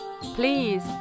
Please